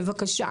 בבקשה.